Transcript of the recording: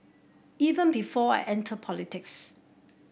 even before I entered politics